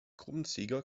gruppensieger